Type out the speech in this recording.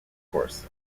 course